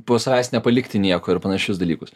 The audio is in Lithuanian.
po savęs nepalikti nieko ir panašius dalykus